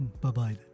Bye-bye